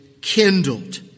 kindled